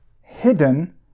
hidden